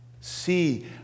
see